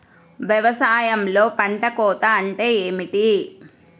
వ్యవసాయంలో పంట కోత అంటే ఏమిటి?